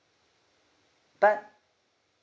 but